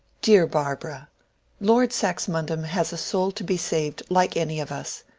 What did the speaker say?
dear barbara lord saxmundham has a soul to be saved like any of us.